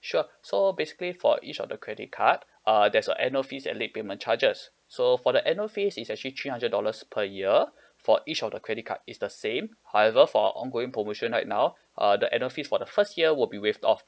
sure so basically for each of the credit card uh there's a annual fees and late payment charges so for the annual fees is actually three hundred dollars per year for each of the credit card is the same however for ongoing promotion right now uh the annual fee for the first year will be waived off